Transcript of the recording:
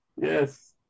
Yes